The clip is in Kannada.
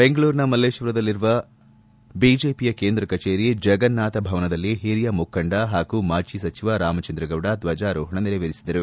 ಬೆಂಗಳೂರಿನ ಮಲ್ಲೇಶ್ವರದಲ್ಲಿರುವ ಬಿಜೆಪಿಯ ಕೇಂದ್ರ ಕಚೇರಿ ಜಗನ್ನಾಥ ಭವನದಲ್ಲಿ ಹಿರಿಯ ಮುಖಂಡ ಹಾಗೂ ಮಾಜಿ ಸಚಿವ ರಾಮಚಂದ್ರಗೌಡ ಧ್ವಜಾರೋಹಣ ನೆರವೇರಿಸಿದರು